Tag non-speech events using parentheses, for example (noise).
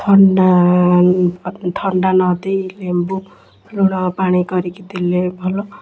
ଥଣ୍ଡା (unintelligible) ଥଣ୍ଡା ନଦେଇ ଲେମ୍ବୁ ଲୁଣ ପାଣି କରିକି ଦେଲେ ଭଲ